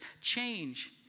change